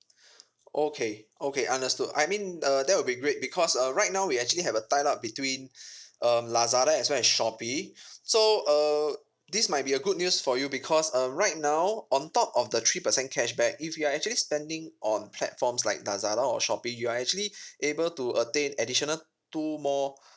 okay okay understood I mean err that will be great because uh right now we actually have a tie up between um lazada as well as shopee so err this might be a good news for you because um right now on top of the three percent cashback if you are actually spending on platforms like lazada or shopee you are actually able to attain additional two more